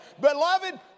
beloved